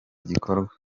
gikorwa